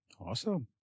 Awesome